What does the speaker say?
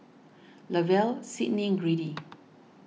Lavelle Sydney Grady